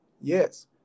yes